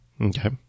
Okay